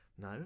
No